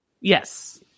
yes